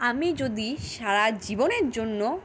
আমি যদি সারা জীবনের জন্য